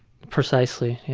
precisely,